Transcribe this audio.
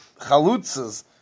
chalutzas